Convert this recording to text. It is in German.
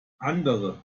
andere